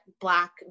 black